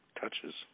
touches